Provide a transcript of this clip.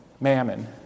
mammon